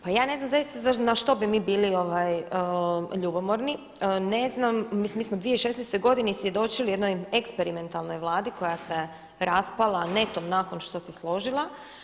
Pa ja ne znam zaista na što bi mi bili ljubomorni, ne znam, mislim mi smo 2016. godine svjedočili jednoj eksperimentalnoj vladi koja se raspala netom nakon što se složila.